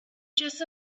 just